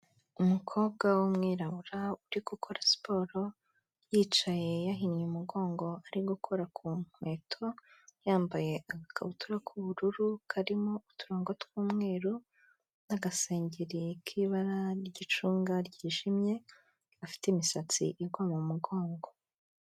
Umukobwa w'umwirabura uri gukora siporo, yicaye yahinnye umugongo ari gukora ku nkweto, yambaye agakabutura k'ubururu, karimo uturongo tw'umweru n'agasengeri k'ibara ry'icunga ryijimye, afite imisatsi igwa mu mugongo.